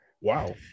Wow